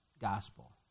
gospel